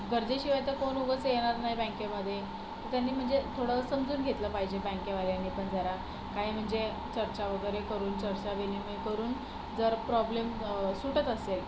गरजेशिवाय तर कोण उगाच येणार नाही बँकेमध्ये तर त्यांनी म्हणजे थोडं समजून घेतलं पाहिजे बँकवाल्यांनी पण जरा काय म्हणजे चर्चा वगैरे करून चर्चा विनिमय करून जर प्रॉब्लेम सुटत असेल